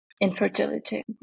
infertility